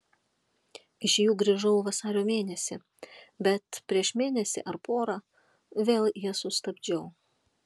iš jų grįžau vasario mėnesį bet prieš mėnesį ar porą vėl jas sustabdžiau